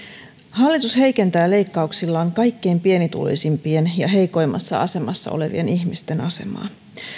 hallitus heikentää leikkauksillaan kaikkein pienituloisimpien ja heikoimmassa asemassa olevien ihmisten asemaa